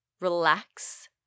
relax